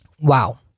wow